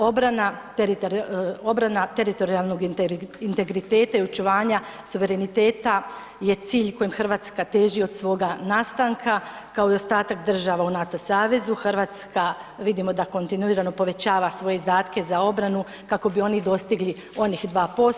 Obrana teritorijalnog integriteta i očuvanja suvereniteta je cilj kojeg Hrvatska teži od svoga nastanka, kao i ostatak država u NATO savezu, Hrvatska, vidimo da kontinuirano povećava svoje izdatke za obranu kako bi oni dostigli onih 2%